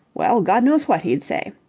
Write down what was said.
well, god knows what he'd say.